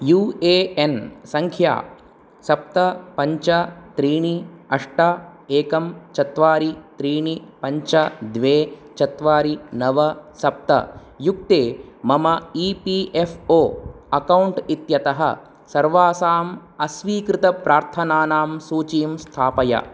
you A N सङ्ख्या सप्त पञ्च त्रीणि अष्ट एकं चत्वारि त्रीणि पञ्च द्वे चत्वारि नव सप्त युक्ते मम E P F O account इत्यतः सर्वासाम् अस्वीकृतप्रार्थनानां सूचीं स्थापय